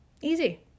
Easy